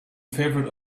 favourite